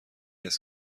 است